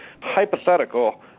hypothetical